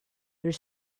their